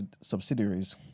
subsidiaries